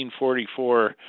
1944